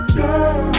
girl